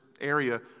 area